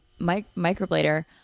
microblader